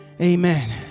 Amen